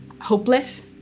hopeless